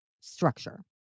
structure